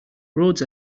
roads